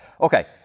Okay